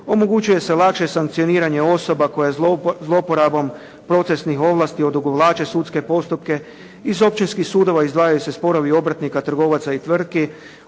Omogućuje se lakše sankcioniranje osoba koja zlouporabom procesnih ovlasti odugovlači sudske postupke. Iz općinskih sudova izdvajaju se sporovi obrtnika, trgovaca i tvrtki.